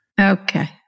Okay